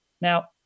Now